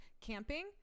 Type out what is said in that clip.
Camping